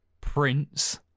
Prince